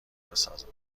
بسازند